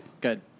good